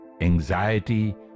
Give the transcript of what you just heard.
anxiety